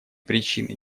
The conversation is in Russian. причины